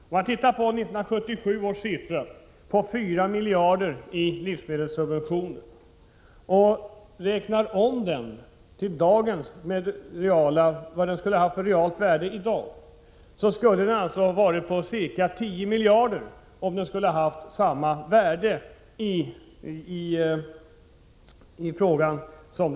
Om man tittar på 1977 års siffror — 4 miljarder i livsmedelssubventioner — och räknar ut vad det reala värdet i dag skulle vara, finner man att det skulle röra sig om ca 10 miljarder.